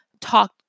talk